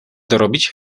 dorobić